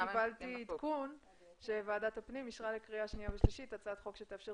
קיבלתי עדכון שוועדת הפנים אישרה לקריאה שנייה ושלישית הצעת חוק שתאפשר